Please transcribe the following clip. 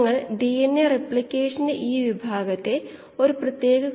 നിങ്ങൾക്ക് കാണാനാകുന്നതുപോലെ ഇതിന്റെ ഒരു ഭാഗം പുറത്തെടുക്കുന്നു